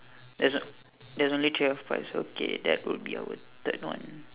there's there's only tray of piles okay that would be our third one